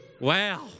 wow